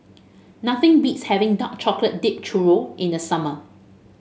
nothing beats having Dark Chocolate Dipped Churro in the summer